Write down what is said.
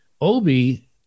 Obi